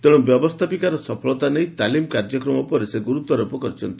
ତେଣୁ ବ୍ୟବସ୍ଥାପିକାର ସଫଳତା ନେଇ ତାଲିମ କାର୍ଯ୍ୟକ୍ରମ ଉପରେ ସେ ଗୁରୁତ୍ୱାରୋପ କରିଛନ୍ତି